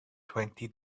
twenty